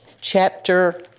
chapter